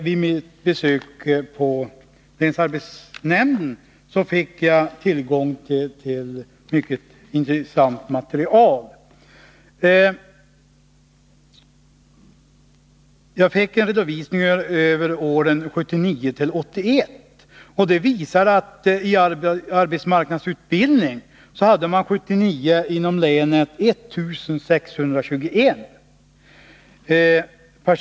Vid mitt besök på länsarbetsnämnden fick jag tillgång till ett mycket intressant material, nämligen redovisningar över åren 1979-1981. Detta material visar att man 1979 hade 1 621 personer i arbetsmarknadsutbildning inom länet.